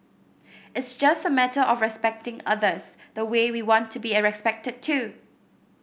it's just a matter of respecting others the way we want to be respected too